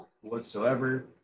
Whatsoever